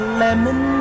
lemon